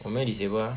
我没有 disable ah